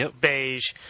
beige